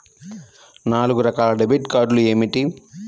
నాలుగు రకాల డెబిట్ కార్డులు ఏమిటి?